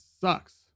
sucks